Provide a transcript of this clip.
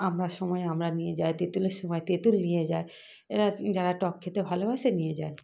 আমড়ার সময় আমড়া নিয়ে যায় তেঁতুলের সময় তেঁতুল নিয়ে যায় এরা যারা টক খেতে ভালোবাসে নিয়ে যায়